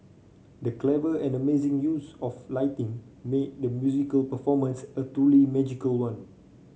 the clever and amazing use of lighting made the musical performance a truly magical one